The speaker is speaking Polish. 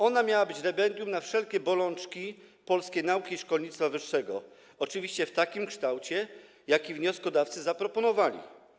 Ona miała być remedium na wszelkie bolączki polskiej nauki i szkolnictwa wyższego, oczywiście w takim kształcie, jaki wnioskodawcy zaproponowali.